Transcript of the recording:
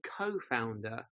co-founder